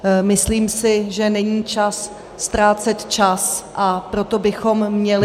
Myslím si, že není čas ztrácet čas, a proto bychom měli